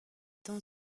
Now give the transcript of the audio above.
temps